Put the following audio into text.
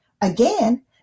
Again